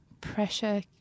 pressure